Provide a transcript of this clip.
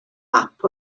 map